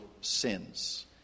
sins